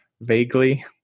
vaguely